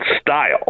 style